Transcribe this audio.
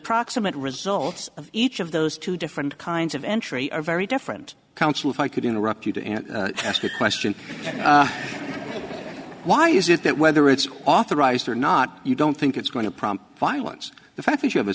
of each of those two different kinds of entry are very different counsel if i could interrupt you to ask the question why is it that whether it's authorized or not you don't think it's going to prompt violence the fact that you have a